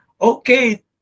okay